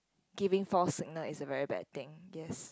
giving false signal is a very bad thing yes